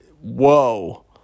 Whoa